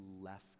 left